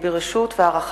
ברשות יושב-ראש